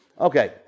Okay